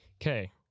Okay